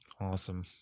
Awesome